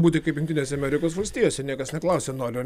būti kaip jungtinėse amerikos valstijose niekas neklausia nori ar